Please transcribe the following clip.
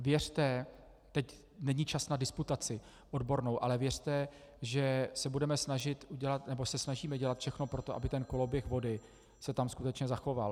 Věřte, teď není čas na disputaci odbornou, ale věřte, že se budeme snažit udělat nebo se snažíme udělat všechno pro to, aby ten koloběh vody se tam skutečně zachoval.